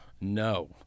No